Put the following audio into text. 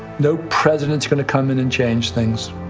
no president is gonna come in and change things.